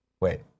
Wait